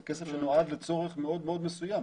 זה כסף שנועד לצורך מאוד מאוד מסוים,